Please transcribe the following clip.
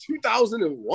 2001